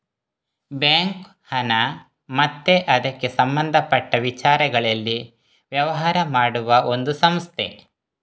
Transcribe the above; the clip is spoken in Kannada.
ಬ್ಯಾಂಕು ಹಣ ಮತ್ತೆ ಅದಕ್ಕೆ ಸಂಬಂಧಪಟ್ಟ ವಿಚಾರಗಳಲ್ಲಿ ವ್ಯವಹಾರ ಮಾಡುವ ಒಂದು ಸಂಸ್ಥೆ